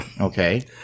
okay